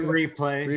replay